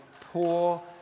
poor